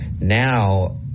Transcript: now